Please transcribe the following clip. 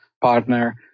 partner